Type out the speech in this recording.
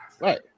right